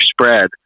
spread